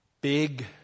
big